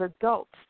adults